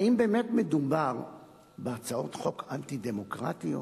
האם באמת מדובר בהצעות חוק אנטי-דמוקרטיות,